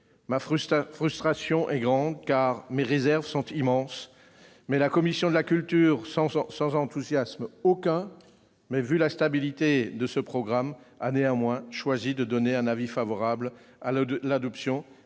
ma frustration est grande et mes réserves sont immenses. La commission de la culture, sans enthousiasme aucun, mais au vu de la stabilité de ce programme, a néanmoins choisi d'émettre un avis favorable à l'adoption